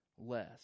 less